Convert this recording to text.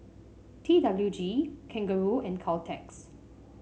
T W G Kangaroo and Caltex